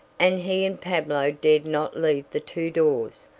and he and pablo dared not leave the two doors.